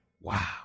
wow